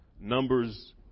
Numbers